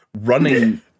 running